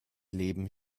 leben